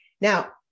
Now